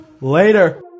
Later